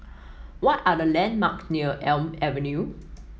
what are the landmarks near Elm Avenue